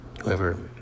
whoever